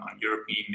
european